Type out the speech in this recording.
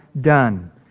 done